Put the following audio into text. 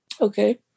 Okay